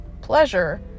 pleasure